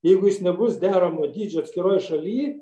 jeigu jis nebus deramo dydžio atskiroj šaly